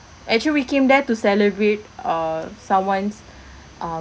actually we came there to celebrate err someone's uh